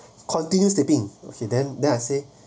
continue sleeping okay then then I say